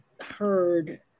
heard